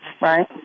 right